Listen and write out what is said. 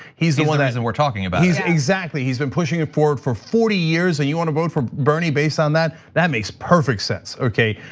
he's the one that and we're talking about. he's exactly, he's been pushing it forward for forty years and you wanna vote for bernie based on that, that makes perfect sense. okay,